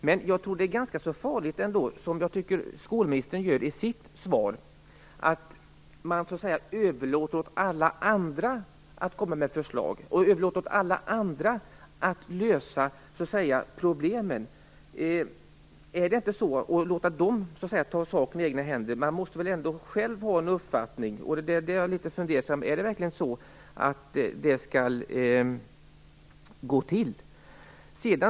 Jag tror ändå att det är ganska farligt att, som jag tycker att skolministern gör i sitt svar, överlåta åt alla andra att komma med förslag, lösa problem och ta saken i egna händer. Man måste väl ändå ha en uppfattning själv? Jag blir litet fundersam. Är det verkligen så det skall gå till?